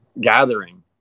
gathering